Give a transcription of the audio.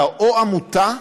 אתה או עמותה,